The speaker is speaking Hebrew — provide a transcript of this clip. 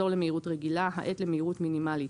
(מספר) קשר/מאך (7)חזור למהירות רגילה (8)האט למהירות מינימלית